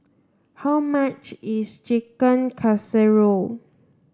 how much is Chicken Casserole